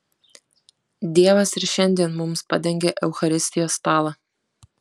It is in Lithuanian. dievas ir šiandien mums padengia eucharistijos stalą